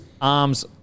Arms